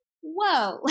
Whoa